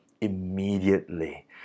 immediately